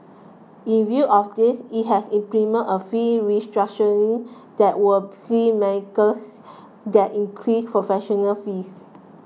in view of this it has implemented a fee restructuring that will see makers get increased professional fees